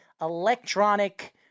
electronic